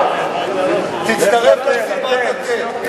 מספיק פה ההתנהגות שלך.